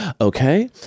okay